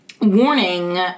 warning